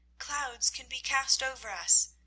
clouds can be cast over us,